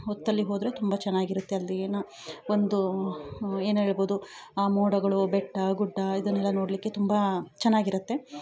ಹೊತ್ತಲ್ಲಿ ಹೋದರೆ ತುಂಬ ಚೆನ್ನಾಗಿ ಇರುತ್ತೆ ಅಲ್ಲಿ ಏನು ಒಂದು ಏನು ಹೇಳ್ಬೌದು ಆ ಮೋಡಗಳು ಬೆಟ್ಟ ಗುಡ್ಡ ಇದನ್ನೆಲ್ಲ ನೋಡಲಿಕ್ಕೆ ತುಂಬ ಚೆನ್ನಾಗಿ ಇರುತ್ತೆ